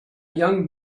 young